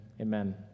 Amen